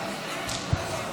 תודה,